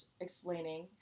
explaining